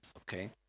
Okay